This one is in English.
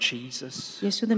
Jesus